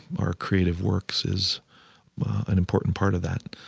our creative works is an important part of that.